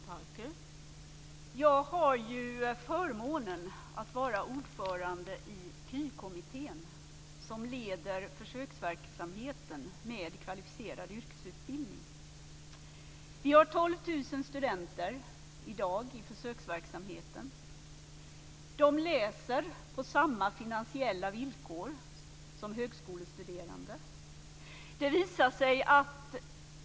Fru talman! Jag har förmånen att vara ordförande i KY-kommittén, som leder försöksverksamheten med kvalificerad yrkesutbildning. I dag har vi 12 000 studenter i försöksverksamheten. De läser på samma finansiella villkor som högskolestuderande.